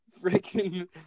freaking